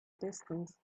distance